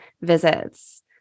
visits